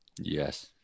Yes